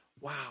wow